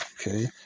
Okay